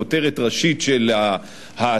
כותרת ראשית של האתר,